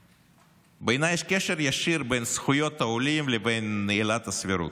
בעיניי קשר ישיר בין זכויות העולים לבין עילת הסבירות.